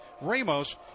Ramos